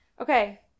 okay